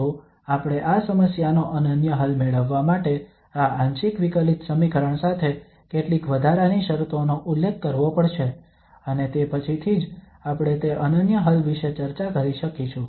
તો આપણે આ સમસ્યાનો અનન્ય હલ મેળવવા માટે આ આંશિક વિકલિત સમીકરણ સાથે કેટલીક વધારાની શરતોનો ઉલ્લેખ કરવો પડશે અને તે પછીથી જ આપણે તે અનન્ય હલ વિશે ચર્ચા કરી શકીશું